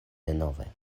denove